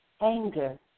anger